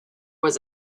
was